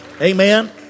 Amen